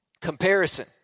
comparison